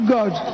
God